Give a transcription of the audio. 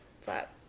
Flat